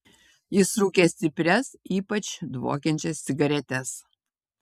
jis rūkė stiprias ypač dvokiančias cigaretes